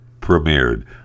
premiered